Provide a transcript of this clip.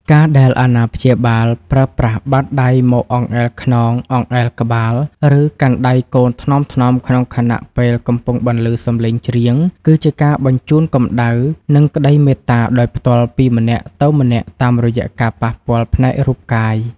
ការដែលអាណាព្យាបាលប្រើប្រាស់បាតដៃមកអង្អែលខ្នង អង្អែលក្បាល ឬកាន់ដៃកូនថ្នមៗក្នុងខណៈពេលកំពុងបន្លឺសំឡេងច្រៀង គឺជាការបញ្ជូនកម្ដៅ និងក្ដីមេត្តាដោយផ្ទាល់ពីម្នាក់ទៅម្នាក់តាមរយៈការប៉ះពាល់ផ្នែករូបកាយ។